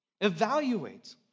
Evaluate